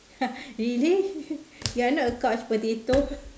really you not a couch potato